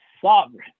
sovereign